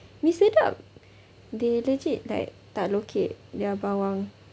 mi sedaap they legit like tak lokek their bawang